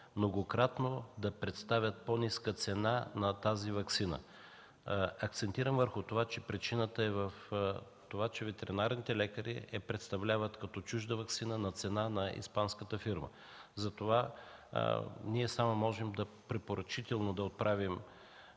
многократно да представят по-ниска цена на тази ваксина. Акцентирам върху това, че причината е в това, че ветеринарните лекари я представят като чужда ваксина на цена на испанската фирма. Затова ние само можем препоръчително да отправим